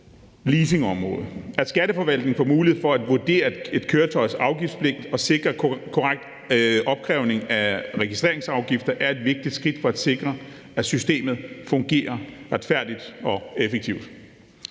leasingområdet. At Skatteforvaltningen får mulighed for at vurdere et køretøjs afgiftspligt og sikre en korrekt opkrævning af registreringsafgifter, er et vigtigt skridt for at sikre, at systemet fungerer retfærdigt og effektivt.